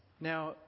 Now